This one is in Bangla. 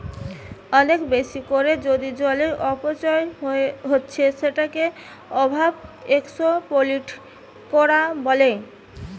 অনেক বেশি কোরে যদি জলের অপচয় হচ্ছে সেটাকে ওভার এক্সপ্লইট কোরা বলে